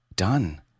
done